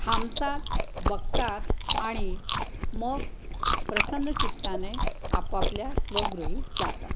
थांबतात बघतात आणि मग प्रसन्न चित्ताने आपापल्या स्वगृही जातात